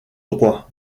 droit